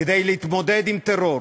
כדי להתמודד עם טרור